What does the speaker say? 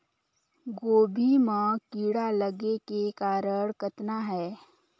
गोभी म कीड़ा लगे के कारण कतना हे?